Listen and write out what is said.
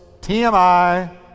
TMI